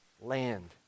land